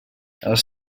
els